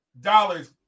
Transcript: dollars